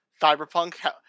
cyberpunk